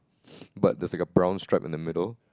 but there's like a brown stripe in the middle